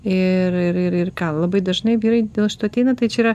ir ir ir labai dažnai vyrai dėl šito ateina tai čia yra